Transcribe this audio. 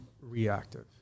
reactive